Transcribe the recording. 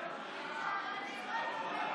הם טהרנים.